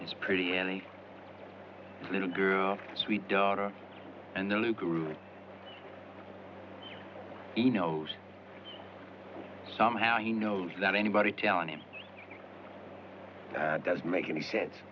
his pretty any little girl sweet daughter and the luke he knows somehow he knows that anybody telling him doesn't make any sense